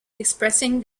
expressing